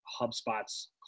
HubSpot's